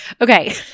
Okay